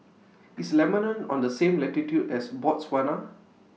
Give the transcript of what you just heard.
IS Lebanon on The same latitude as Botswana